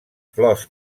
flors